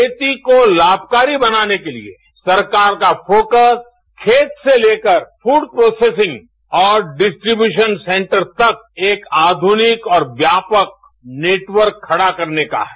खेती को लाभकारी बनाने के लिए सरकार का फोकस खेत से लेकर फूड प्रोसेसिंग और डिस्ट्रिब्यूशन सेंटर तक एक आधुनिक और व्यापक नेटवर्क खड़ा करने का है